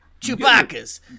chewbacca's